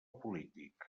polític